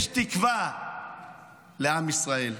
יש תקווה לעם ישראל,